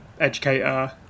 educator